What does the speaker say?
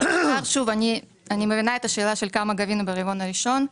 אני מבינה את השאלה של כמה גבינו ברבעון הראשון.